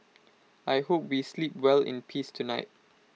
I hope we sleep well in peace tonight